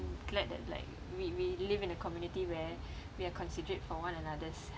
I'm glad that like we we live in the community where we are considerate for one another's